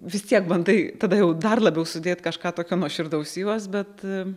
vis tiek bandai tada jau dar labiau sudėt kažką tokio nuoširdaus į juos bet